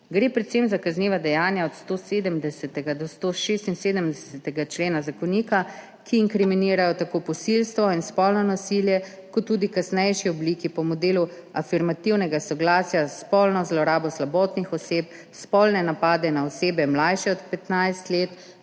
Gre predvsem za kazniva dejanja od 170. do 176. člena zakonika, ki inkriminirajo tako posilstvo in spolno nasilje kot tudi kasnejši obliki po modelu afirmativnega soglasja s spolno zlorabo slabotnih oseb, spolne napade na osebe, mlajše od 15 let,